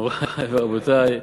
מורי ורבותי,